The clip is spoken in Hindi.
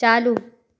चालू